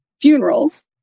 funerals